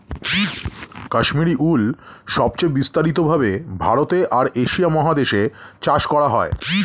Kashmiri wool সবচেয়ে বিস্তারিত ভাবে ভারতে আর এশিয়া মহাদেশে চাষ করা হয়